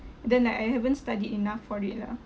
then like I haven't studied enough for it lah